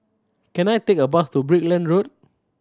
can I take a bus to Brickland Road